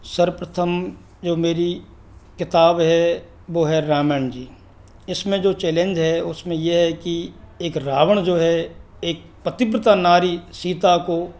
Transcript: सर्वप्रथम जो मेरी किताब है वो है रामायण जी इसमें जो चैलेंज है उसमें है कि एक रावण जो है एक पतिव्रता नारी सीता को